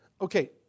okay